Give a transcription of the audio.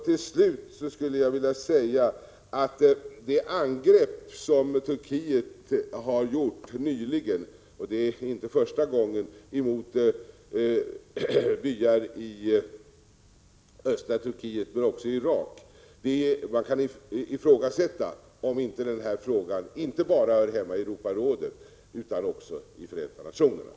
Till slut skulle jag vilja säga att det med anledning av det angrepp som Turkiet nyligen har gjort — och det är inte första gången — mot byar i östra Turkiet men också i Irak kan ifrågasättas om denna fråga inte bara hör hemma i Europarådet utan också i Förenta nationerna.